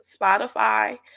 Spotify